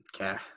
Okay